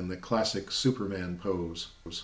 in the classic superman pose was